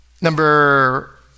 number